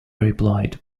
replied